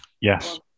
Yes